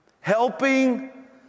Helping